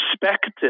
perspective